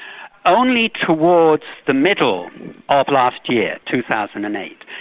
only towards the middle of last year, two thousand and eight,